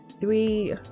three